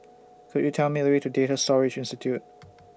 Could YOU Tell Me The Way to Data Storage Institute